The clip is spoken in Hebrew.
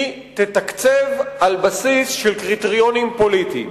היא תתקצב על בסיס של קריטריונים פוליטיים.